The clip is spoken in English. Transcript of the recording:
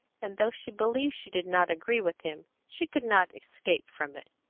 and though she believed she did not agree with him, she could not escape from it.